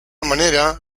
manera